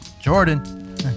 jordan